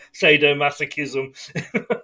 sadomasochism